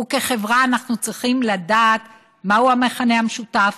וכחברה אנחנו צריכים לדעת מהו המכנה המשותף,